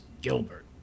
Gilbert